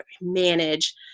manage